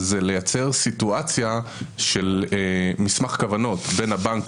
זה לייצר סיטואציה של מסמך כוונות בין הבנק